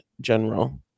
general